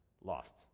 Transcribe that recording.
lost